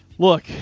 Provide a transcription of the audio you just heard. Look